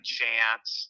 chance